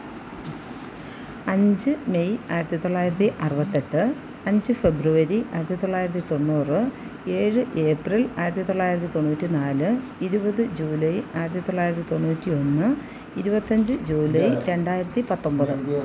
അഞ്ച് മെയ് ആയിരത്തി തൊള്ളായിരത്തി അറുപത്തെട്ട് അഞ്ച് ഫെബ്രുവരി ആയിരത്തി തൊള്ളായിരത്തി തൊണ്ണൂറ് ഏഴ് ഏപ്രിൽ ആയിരത്തി തൊള്ളായിരത്തി തൊണ്ണൂറ്റി നാല് ഇരുപത് ജൂലൈ ആയിരത്തി തൊള്ളായിരത്തി തൊണ്ണൂറ്റി ഒന്ന് ഇരുപത്തഞ്ച് ജൂലൈ രണ്ടായിരത്തി പത്തൊമ്പത്